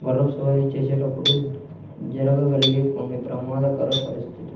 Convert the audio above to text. గుర్రపు స్వారీ చేసేటప్పుడు జరగగలిగే కొన్ని ప్రమాదకర పరిస్థితులు